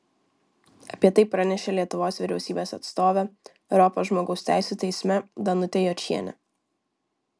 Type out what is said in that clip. apie tai pranešė lietuvos vyriausybės atstovė europos žmogaus teisių teisme danutė jočienė